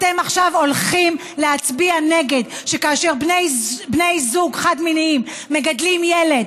אתם עכשיו הולכים להצביע נגד זה שכאשר בני זוג חד-מיניים מגדלים ילד,